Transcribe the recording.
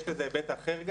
יש לזה היבט אחר גם,